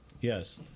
yes